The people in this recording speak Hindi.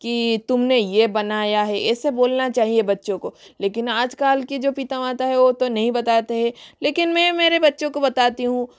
कि तुमने यह बनाया है ऐसे बोलना चाहिए बच्चों को लेकिन आजकल के जो पिता माता है वह तो नहीं बताते हैं लेकिन मैं मेरे बच्चों को बताती हूँ